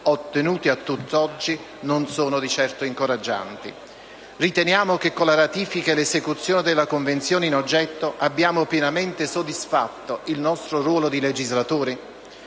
Riteniamo che, con la ratifica e l'esecuzione della Convenzione in oggetto, abbiamo pienamente soddisfatto il nostro ruolo di legislatori?